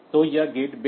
तो यह गेट बिट